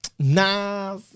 nah